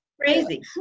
crazy